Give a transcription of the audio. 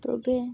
ᱛᱳᱵᱮ